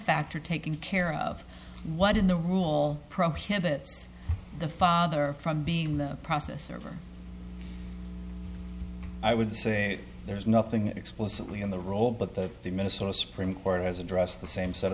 factor taking care of what in the rule prohibits the father from being in the process server i would say there is nothing explicitly in the role but that the minnesota supreme court has addressed the same set